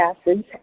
acids